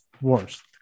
Worst